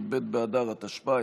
י"ב באדר התשפ"א,